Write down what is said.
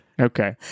Okay